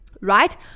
right